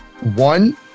one